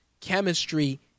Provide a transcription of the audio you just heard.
chemistry